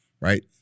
Right